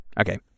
Okay